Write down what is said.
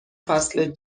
فصل